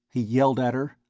he yelled at her,